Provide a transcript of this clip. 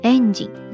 Engine